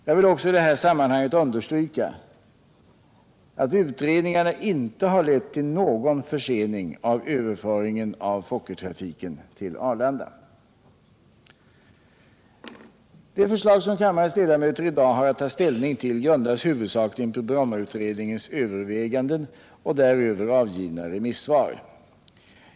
Jag vill också i det här sammanhanget understryka att utredningarna inte har lett till någon försening i överföringen av Fokkertrafiken till Arlanda. Det förslag som kammarens ledamöter i dag har att ta ställning till grundas huvudsakligen på Brommautredningens överväganden och däröver avgivna remissvar.